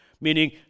meaning